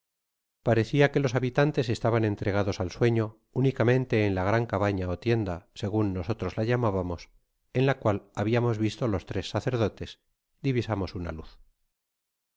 pareeia que los habitantes estaban entregados al sueño únicamente en la gran cabañaó tienda segun nosotros la llamábamos en la cual habiamos visto los tres sacerdotes divisamos una luz